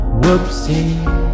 whoopsie